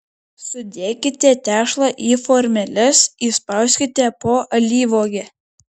sudėkite tešlą į formeles įspauskite po alyvuogę